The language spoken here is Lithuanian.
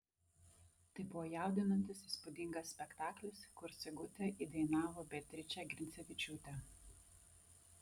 tai buvo jaudinantis įspūdingas spektaklis kur sigutę įdainavo beatričė grincevičiūtė